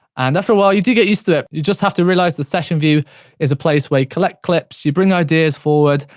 and after a while, you do get used to it. you just have to realise the session view is a place where you collect clips, you bring ideas forward,